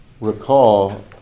recall